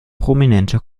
prominente